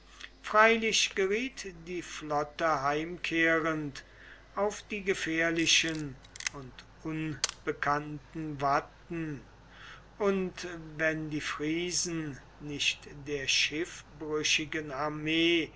freilich geriet die flotte heimkehrend auf die gefährlichen und unbekannten watten und wenn die friesen nicht der schiffbrüchigen armee